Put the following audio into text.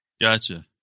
Gotcha